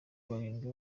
barindwi